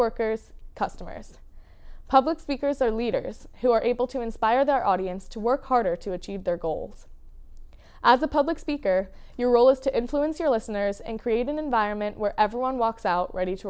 workers customers public speakers or leaders who are able to inspire their audience to work harder to achieve their goals as a public speaker your role is to influence your listeners and create an environment where everyone walks out ready to